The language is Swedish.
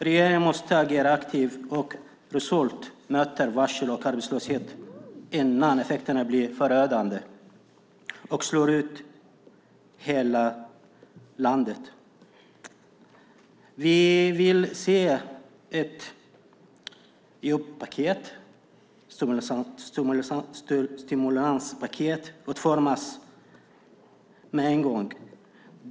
Regeringen måste agera aktivt och resolut möta varsel och arbetslöshet innan effekterna blir förödande och slår ut hela landet. Vi vill se ett jobb och stimulanspaket utformas med en gång.